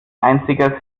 einziger